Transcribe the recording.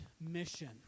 mission